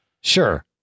Sure